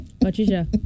Patricia